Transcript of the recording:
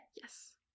Yes